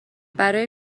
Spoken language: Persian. برای